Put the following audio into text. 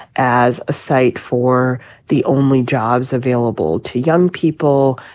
as a site for the only jobs available to young people,